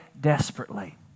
desperately